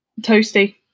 Toasty